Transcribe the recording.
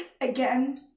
again